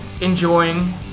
enjoying